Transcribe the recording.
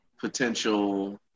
potential